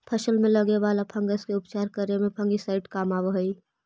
फसल में लगे वाला फंगस के उपचार करे में फंगिसाइड काम आवऽ हई